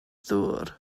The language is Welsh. ddŵr